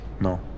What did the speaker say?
No